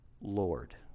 Lord